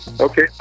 Okay